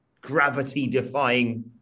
gravity-defying